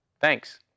Thanks